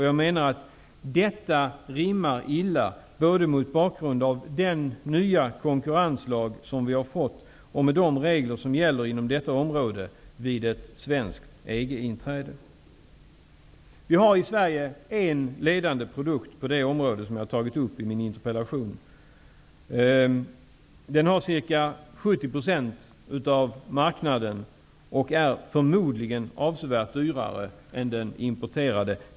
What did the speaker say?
Jag menar att detta rimmar illa, både med den nya konkurrenslag vi har fått och med de regler som gäller inom detta område vid ett svenskt EG-inträde. Vi har i Sverige en ledande produkt på detta område som jag har tagit upp i min interpellation. Den har ca 70 % av marknaden och är förmodligen avsevärt dyrare än den importerade.